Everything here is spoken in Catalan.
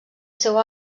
seu